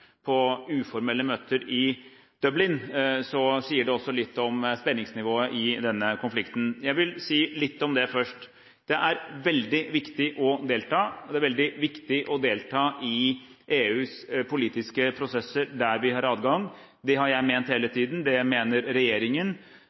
på uformelle møter i Dublin, så sier det også litt om spenningsnivået i denne konflikten. Jeg vil si litt om det først. Det er veldig viktig å delta, og det er veldig viktig å delta i EUs politiske prosesser der vi har adgang. Det har jeg ment hele tiden. Det mener regjeringen